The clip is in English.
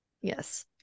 Yes